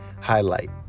Highlight